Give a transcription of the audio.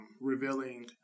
revealing